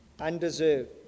undeserved